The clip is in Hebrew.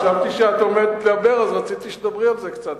חשבתי שאת עומדת לדבר, אז רציתי שתדברי על זה קצת.